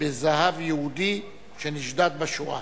בזהב יהודי שנשדד בשואה.